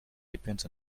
depends